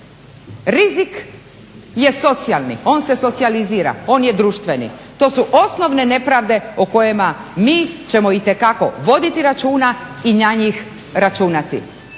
Rizik je socijalni, on se socijalizira, on je društveni. To su osnovne nepravde o kojima mi ćemo itekako voditi računa i na njih računati.